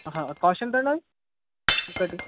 cost ఎంత అండి ఒకటి